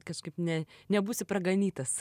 kažkaip ne nebūsi praganytas